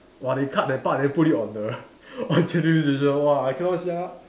!wah! they cut that part then put it on the on Channel News Asia !wah! I cannot sia